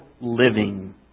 living